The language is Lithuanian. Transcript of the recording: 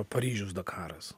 paryžius dakaras